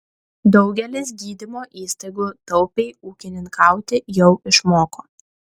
daugelis gydymo įstaigų taupiai ūkininkauti jau išmoko